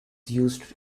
used